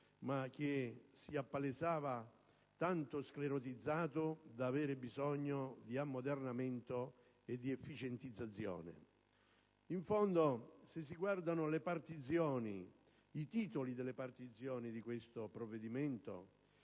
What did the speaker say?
ma che si appalesava tanto sclerotizzato da avere bisogno di ammodernamento e di efficientizzazione. In fondo, i titoli delle partizioni di questo provvedimento